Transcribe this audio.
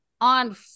on